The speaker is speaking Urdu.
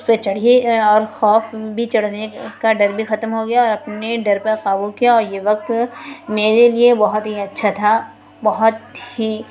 اس پہ چڑھی اور خوف بھی چڑھنے کا ڈر بھی ختم ہو گیا اور اپنی ڈر پہ قابو کیا اور یہ وقت میرے لیے بہت ہی اچھا تھا بہت ہی